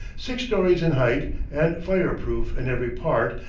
six stories in height, and fire-proof in every part,